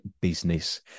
business